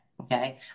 Okay